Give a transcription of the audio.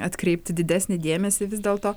atkreipti didesnį dėmesį vis dėlto